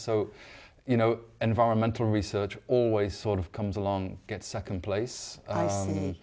so you know environmental research always sort of comes along at second place a